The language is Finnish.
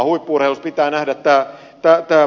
huippu urheilussa pitää nähdä tämä puoli